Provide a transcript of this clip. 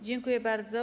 Dziękuję bardzo.